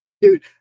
dude